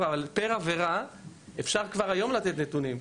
אבל עבור כל עבירה ועבירה אפשר גם היום לתת נתונים.